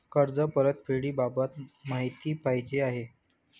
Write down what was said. कर्ज परतफेडीबाबत माहिती पाहिजे आहे